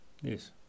Yes